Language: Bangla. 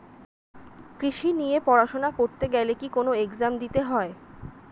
কৃষি নিয়ে পড়াশোনা করতে গেলে কি কোন এগজাম দিতে হয়?